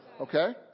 Okay